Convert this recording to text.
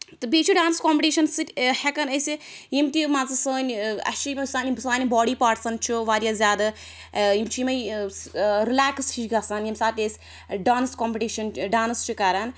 تہٕ بیٚیہِ چھِ ڈانٕس کوٚمپٹِشَن سۭتۍ ہٮ۪کان أسۍ یِم تہِ مان ژٕ سٲنۍ اَسہِ چھِ یِمَن سانہِ سانہِ باڈی پاٹسَن چھُ واریاہ زیادٕ یِم چھِ یِمَے رٕلٮ۪کٕس ہِش گَژھان ییٚمہِ ساتہٕ تہِ أسۍ ڈانٕس کوٚمپٹِشَن ڈانٕس چھِ کران